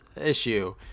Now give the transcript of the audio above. issue